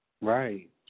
Right